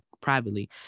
privately